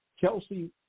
Kelsey